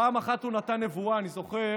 פעם אחת, אני זוכר